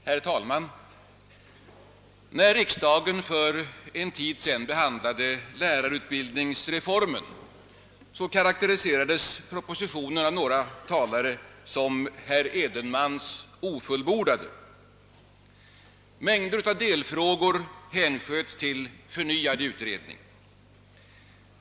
Herr talman! När riksdagen för en tid sedan behandlade lärarutbildningsreformen karakteriserades propositionen av några talare som »herr Edenmans ofullbordade». Mängder av delfrågor hänsköts till förnyad utredning.